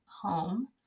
home